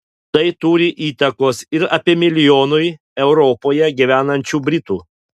tai turi įtakos ir apie milijonui europoje gyvenančių britų